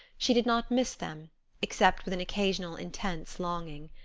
she did not miss them except with an occasional intense longing.